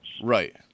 right